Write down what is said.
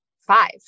five